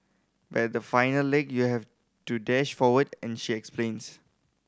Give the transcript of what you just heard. but the final leg you have to dash forward and she explains